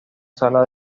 sala